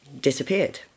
disappeared